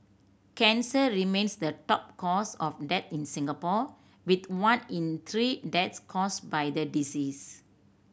cancer remains the top cause of death in Singapore with one in three deaths caused by the disease